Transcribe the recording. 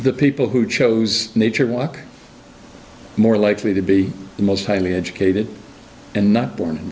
the people who chose nature walk more likely to be the most highly educated and not born